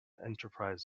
enterprise